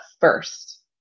first